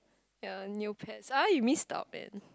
ye new pets ah you missed out man